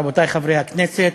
רבותי חברי הכנסת,